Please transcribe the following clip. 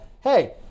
hey